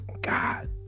God